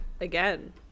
again